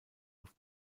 off